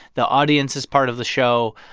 the audience is part of the show.